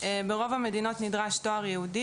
ברוב המדינות נדרש תואר ייעודי,